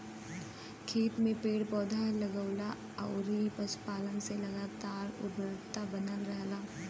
खेत में पेड़ पौधा, लगवला अउरी पशुपालन से लगातार उर्वरता बनल रहेला